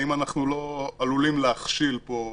האם אנחנו לא עלולים להכשיל פה,